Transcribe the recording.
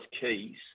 Keys